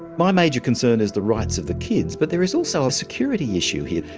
my major concern is the rights of the kids. but there is also a security issue here.